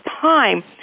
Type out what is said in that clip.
time